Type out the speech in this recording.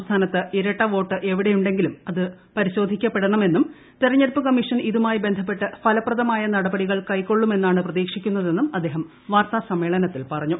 സംസ്ഥാനത്ത് ഇരട്ടുവോട്ട് എവിടെയുണ്ടെങ്കിലും അത് പരിശോധിക്കപ്പെടണമെന്നും തെരഞ്ഞെടുപ്പ് കമ്മീഷൻ ഇതുമായി ബന്ധപ്പെട്ട് ഫലപ്രദമായ നടപടികൾ കൈക്കൊള്ളുമെന്നാണ് പ്രതീക്ഷിക്കുന്നതെന്നും അദ്ദേഹം വാർത്തസമ്മേളനത്തിൽ പറഞ്ഞു